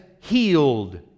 healed